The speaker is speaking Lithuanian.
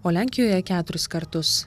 o lenkijoje keturis kartus